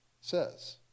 says